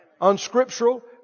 Unscriptural